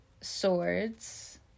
swords